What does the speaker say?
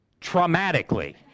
traumatically